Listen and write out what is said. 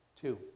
Two